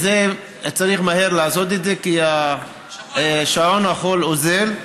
וצריך מהר לעשות את זה, כי שעון החול, אוזל.